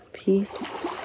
Peace